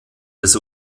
des